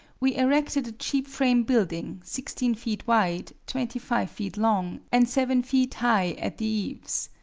we erected a cheap frame building, sixteen feet wide, twenty five feet long, and seven feet high at the eaves.